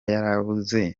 yarabuze